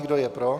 Kdo je pro?